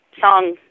song